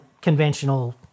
conventional